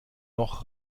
noch